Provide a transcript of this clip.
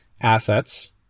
assets